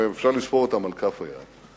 אבל אפשר לספור אותם על כף היד,